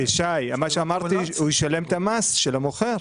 שי, הוא ישלם את המס של המוכר.